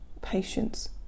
patience